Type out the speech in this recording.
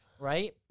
Right